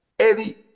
Eddie